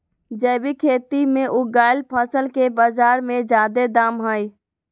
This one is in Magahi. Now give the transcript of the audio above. जैविक खेती से उगायल फसल के बाजार में जादे दाम हई